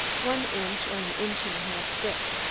one inch or an inch and a half thick.